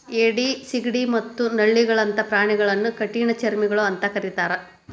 ಏಡಿ, ಸಿಗಡಿ ಮತ್ತ ನಳ್ಳಿಗಳಂತ ಪ್ರಾಣಿಗಳನ್ನ ಕಠಿಣಚರ್ಮಿಗಳು ಅಂತ ಕರೇತಾರ